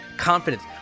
confidence